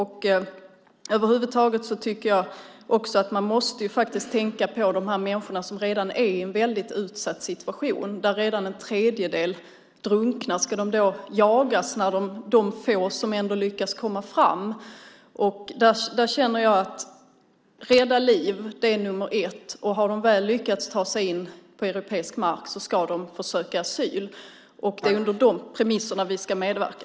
Över huvud taget måste man tänka på dessa människor som redan är i en väldigt utsatt situation. En tredjedel drunknar, som sagt. Ska då de få som ändå lyckas komma fram jagas? Där känner jag att rädda liv är nummer ett. Har man väl lyckats ta sig in på europeisk mark ska man få söka asyl. Det är på de premisserna som vi ska medverka.